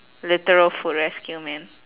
literal food rescue man